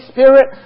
Spirit